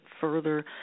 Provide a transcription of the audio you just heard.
further